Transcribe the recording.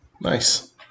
Nice